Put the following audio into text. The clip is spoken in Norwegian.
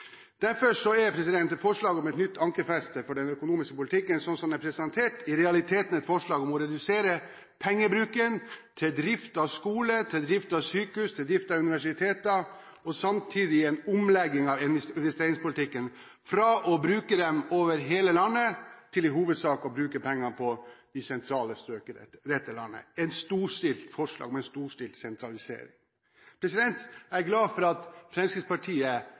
om et nytt ankerfeste for den økonomiske politikken sånn som det er presentert, er i realiteten et forslag om å redusere pengebruken til drift av skole, til drift av sykehus, til drift av universiteter. Samtidig er det en omlegging av investeringspolitikken, fra å bruke pengene over hele landet til i hovedsak å bruke dem i de sentrale strøk i landet. Det er et forslag om en storstilt sentralisering. Jeg er glad for at Fremskrittspartiet